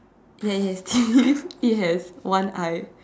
ya it has teeth it has one eye